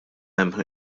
hemm